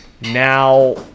now